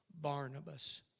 Barnabas